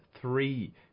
three